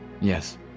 Yes